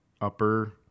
upper